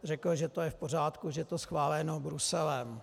Řekl, že to je v pořádku, že je to schváleno Bruselem.